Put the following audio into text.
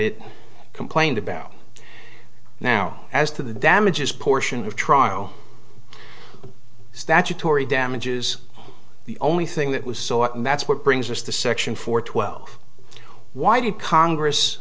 it complained about now as to the damages portion of trial statutory damages the only thing that was sought matts what brings us to section four twelve why did congress